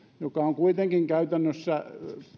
joka on kuitenkin käytännössä